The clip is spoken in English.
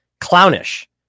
clownish